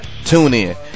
TuneIn